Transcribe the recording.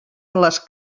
les